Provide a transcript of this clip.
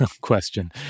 question